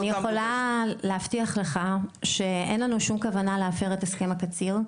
אני יכולה להבטיח לך שאין לנו שום כוונה להפר את הסכם הקציר,